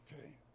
okay